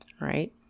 right